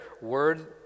word